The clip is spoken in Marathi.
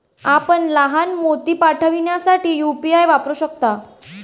आपण लहान मोती पाठविण्यासाठी यू.पी.आय वापरू शकता